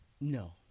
No